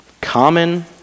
common